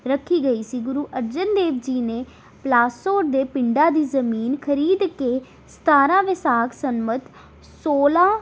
ਰੱਖੀ ਗਈ ਸੀ ਗੁਰੂ ਅਰਜਨ ਦੇਵ ਜੀ ਨੇ ਪਲਾਸੋ ਦੇ ਪਿੰਡਾਂ ਦੀ ਜ਼ਮੀਨ ਖਰੀਦ ਕੇ ਸਤਾਰ੍ਹਾਂ ਵੈਸਾਖ ਸਨਮਤ ਸੋਲ਼੍ਹਾਂ